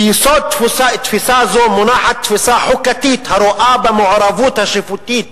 ביסוד תפיסה זו מונחת תפיסה חוקתית הרואה במעורבות השיפוטית